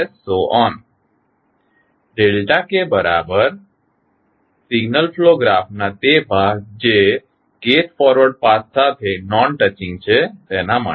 kસિગ્નલ flow ગ્રાફનાં તે ભાગ જે ફોરવર્ડ પાથ સાથે નોન ટચિંગ છે તેના માટે